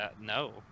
No